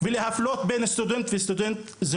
ולהפלות בין סטודנט לסטודנט.